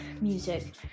Music